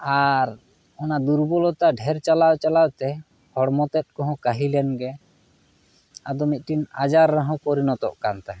ᱟᱨ ᱚᱱᱟ ᱫᱩᱨᱵᱚᱞᱚᱛᱟ ᱰᱷᱮᱨ ᱪᱟᱞᱟᱣ ᱪᱟᱞᱟᱣᱛᱮ ᱦᱚᱲᱢᱚ ᱛᱮᱫ ᱠᱚᱦᱚᱸ ᱠᱟᱹᱦᱤᱞᱮᱱ ᱜᱮ ᱟᱫᱚ ᱢᱤᱫᱴᱤᱡ ᱟᱡᱟᱨ ᱨᱮᱦᱚᱸ ᱯᱚᱨᱤᱱᱚᱛᱚᱜ ᱠᱟᱱ ᱛᱟᱦᱮᱸᱫ